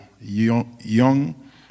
young